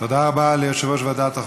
תודה רבה ליושב-ראש ועדת החוקה,